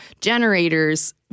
generators